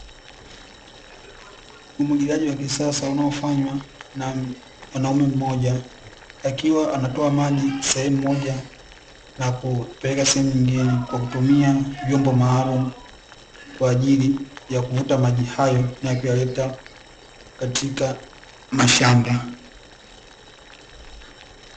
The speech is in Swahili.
Umwagiliaji wa kisasa unaofanywa na mwanaume mmoja, akiwa anatoa maji sehemu moja na kupeleka sehemu nyingine kwa kutumia vyombo maalumu. Kwa ajili ya kuvuta maji hayo na kuyaleta katika mashamba.